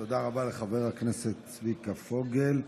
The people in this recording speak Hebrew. תודה רבה לחבר הכנסת צביקה פוגל.